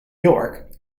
york